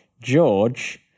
george